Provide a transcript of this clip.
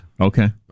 Okay